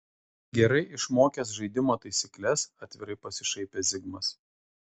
gerai išmokęs žaidimo taisykles atvirai pasišaipė zigmas